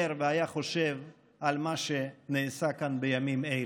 והיה חושב על מה שנעשה כאן בימים האלה.